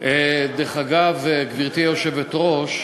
דרך אגב, גברתי היושבת-ראש,